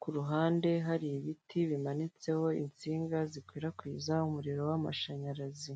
kuruhande hari ibiti bimanitseho insinga zikwirakwiza umuriro wamashanyarazi.